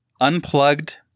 unplugged